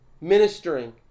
ministering